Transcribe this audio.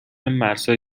مرزهای